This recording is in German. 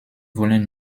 wollen